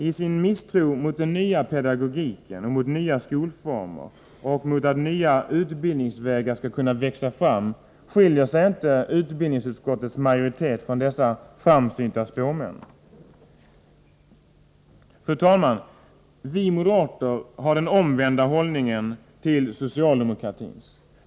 I sin misstro mot den nya pedagogiken och nya skolformer och mot att nya utbildningsvägar skall kunna växa fram skiljer sig inte utbildningsutskottets majoritet från dessa ”framsynta” spåmän. Fru talman! Vi moderater har en hållning rakt motsatt den socialdemokratiska.